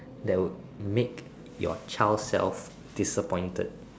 that would make your child self disappointed